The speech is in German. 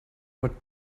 nur